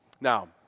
Now